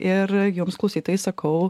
ir jums klausytojai sakau